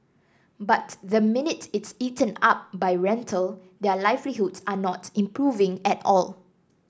but the minute it's eaten up by rental their livelihoods are not improving at all